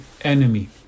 enemy